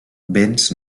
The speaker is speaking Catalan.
béns